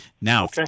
Now